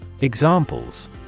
Examples